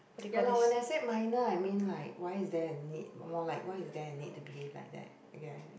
ya lah when I said minor I mean like why is there a need more like why is there a need to behave like that you get what I say